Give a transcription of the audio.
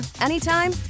anytime